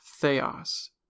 theos